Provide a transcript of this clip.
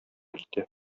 китә